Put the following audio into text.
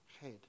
head